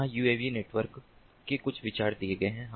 यहां UAV network के कुछ विचार दिए गए हैं